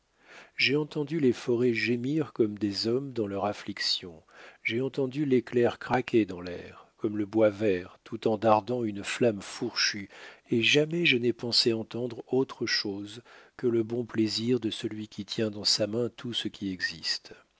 j'ai entendu les forêts gémir comme des hommes dans leur affliction j'ai entendu l'éclair craquer dans l'air comme le bois vert tout en dardant une flamme fourchue et jamais je n'ai pensé entendre autre chose que le bon plaisir de celui qui tient dans sa main tout ce qui existe